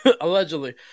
allegedly